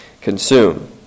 consume